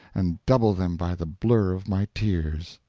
and double them by the blur of my tears.